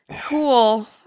cool